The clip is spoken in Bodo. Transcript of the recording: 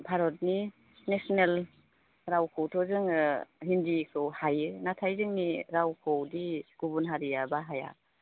भारतनि नेसनेल रावखौथ' जोङो हिन्दीखौ हायो नाथाय जोंनि रावखौदि गुबुन हारिया बाहाया